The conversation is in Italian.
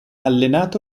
allenato